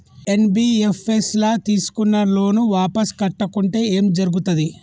NBFS ల తీస్కున్న loan వాపస్ కట్టకుంటే ఏం జర్గుతది?